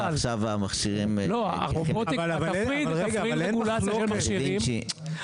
תפריד רגולציה של מכשירים.